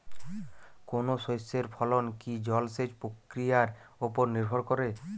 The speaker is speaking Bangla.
কোনো শস্যের ফলন কি জলসেচ প্রক্রিয়ার ওপর নির্ভর করে?